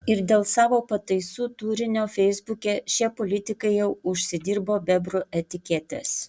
ir dėl savo pataisų turinio feisbuke šie politikai jau užsidirbo bebrų etiketes